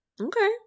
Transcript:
Okay